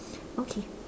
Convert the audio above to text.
okay